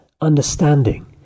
understanding